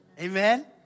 Amen